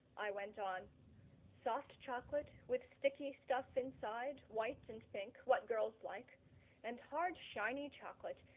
i went on soft chocolate, with sticky stuff inside, white and pink, what girls like and hard shiny chocolate,